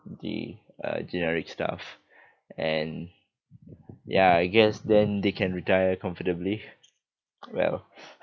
the uh generic stuff and ya I guess then they can retire comfortably well